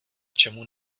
čemu